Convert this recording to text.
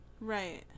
Right